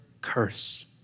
curse